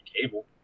Cable